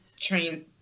train